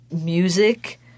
music